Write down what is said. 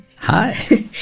Hi